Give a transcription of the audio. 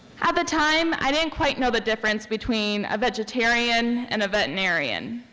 at the time i didn't quite know the difference between a vegetarian and veterinarian.